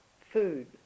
food